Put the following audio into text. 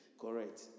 correct